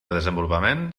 desenvolupament